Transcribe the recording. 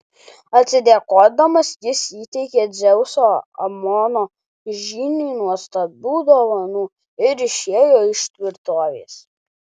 atsidėkodamas jis įteikė dzeuso amono žyniui nuostabių dovanų ir išėjo iš tvirtovės